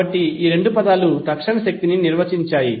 కాబట్టి ఈ రెండు పదాలు తక్షణ శక్తిని నిర్వచించాయి